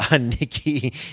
Nikki